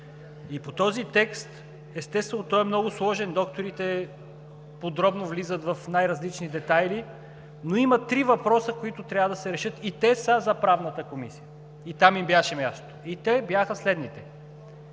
по този текст. Естествено, той е много сложен. Докторите подробно влизат в най-различни детайли, но има три въпроса, които трябва да се решат и те са за Правната комисия, там им беше мястото. И те бяха следните: